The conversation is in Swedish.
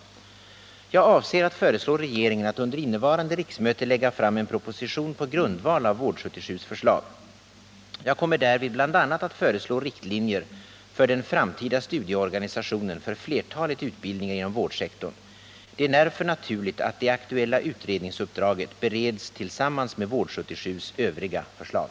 Jag avser att föreslå regeringen att under innevarande riksmöte lägga fram en proposition på grundval av Vård 77:s förslag. Jag kommer därvid bl.a. att föreslå riktlinjer för den framtida studieorganisationen för flertalet utbildningar inom vårdsektorn. Det är därför naturligt att det aktuella utredningsuppdraget bereds tillsammans med Vård 77:s övriga förslag.